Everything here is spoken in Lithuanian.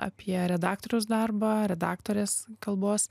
apie redaktoriaus darbą redaktorės kalbos